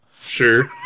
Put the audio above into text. Sure